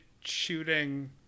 shooting